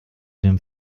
dem